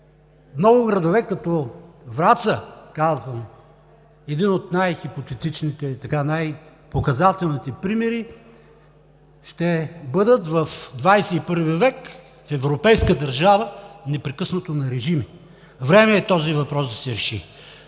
много градове, като Враца – казвам един от най-хипотетичните, най-показателните примери – ще бъдат в ХХI век, в европейска държава, непрекъснато на режими. Време е този въпрос да се реши.